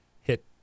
hit